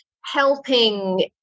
helping